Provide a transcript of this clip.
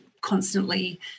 constantly